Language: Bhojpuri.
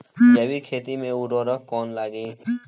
जैविक खेती मे उर्वरक कौन लागी?